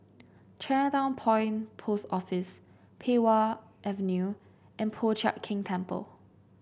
Chinatown Point Post Office Pei Wah Avenue and Po Chiak Keng Temple